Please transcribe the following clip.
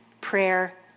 prayer